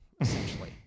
essentially